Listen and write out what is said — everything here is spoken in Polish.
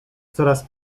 coraz